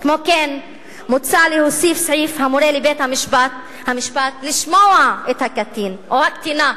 כמו כן מוצע להוסיף סעיף המורה לבית-המשפט לשמוע את הקטין או הקטינה,